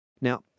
Now